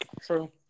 True